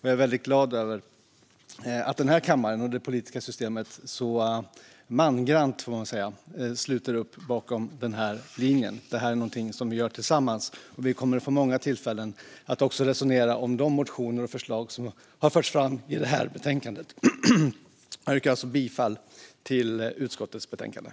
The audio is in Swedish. Jag är väldigt glad över att kammaren och det politiska systemet så pass mangrant sluter upp bakom denna linje. Detta är något vi gör tillsammans. Vi kommer att få många tillfällen att resonera om de motioner och förslag som har förts fram i detta betänkande. Jag yrkar bifall till utskottets förslag i betänkandet.